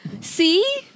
See